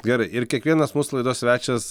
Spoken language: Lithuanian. gerai ir kiekvienas mūsų laidos svečias